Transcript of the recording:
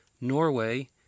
Norway